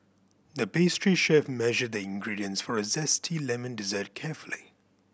the pastry chef measured the ingredients for a zesty lemon dessert carefully